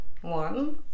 one